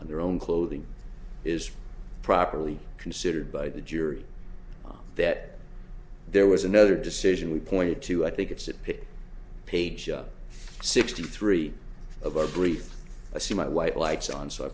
and their own clothing is properly considered by the jury that there was another decision we pointed to i think it's a pity page sixty three of our brief i see my white lights on so i